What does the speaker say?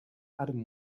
adam